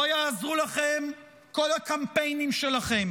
לא יעזרו לכם כל הקמפיינים שלכם